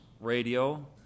Radio